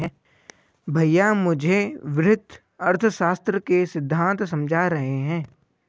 भैया मुझे वृहत अर्थशास्त्र के सिद्धांत समझा रहे हैं